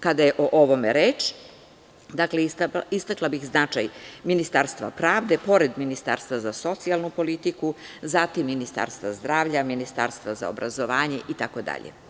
Kada je o ovome reč, istakla bih značaj Ministarstva pravde, pored Ministarstva za socijalnu politiku, zatim, Ministarstva zdravlja, Ministarstva za obrazovanje itd.